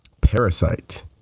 parasite